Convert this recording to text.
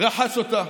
רחץ אותה,